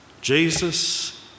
Jesus